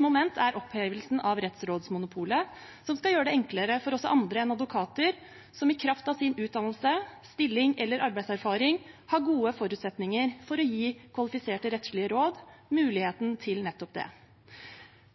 moment der er opphevelsen av rettsrådsmonopolet, noe som skal gjøre det enklere for også andre enn advokater – som i kraft av sin utdannelse, stilling eller arbeidserfaring har gode forutsetninger til å gi kvalifiserte rettslige råd – å ha muligheten til nettopp det.